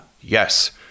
Yes